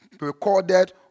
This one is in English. recorded